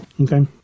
Okay